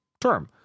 term